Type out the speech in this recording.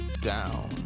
down